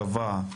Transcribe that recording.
קבע,